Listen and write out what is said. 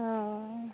हँ